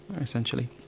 essentially